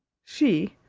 she,